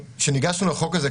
כשניגשנו לחוק הזה,